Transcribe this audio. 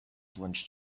plunge